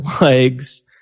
legs